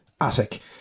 attic